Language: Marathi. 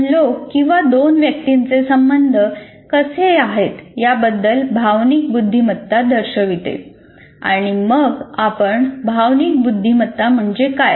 दोन लोक किंवा दोन व्यक्तींचे संबंध कसे आहेत याबद्दल भावनिक बुद्धिमत्ता दर्शविते आणि मग आपण 'भावनिक बुद्धिमत्ता म्हणजे काय